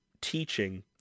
teaching